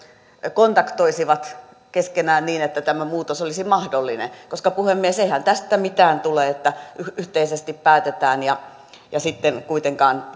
kontaktoisivat keskenään niin että tämä muutos olisi mahdollinen koska puhemies eihän tästä mitään tule että yhteisesti päätetään ja ja sitten kuitenkaan